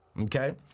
okay